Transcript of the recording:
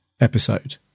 episode